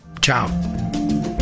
Ciao